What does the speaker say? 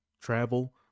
travel